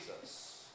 Jesus